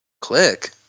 Click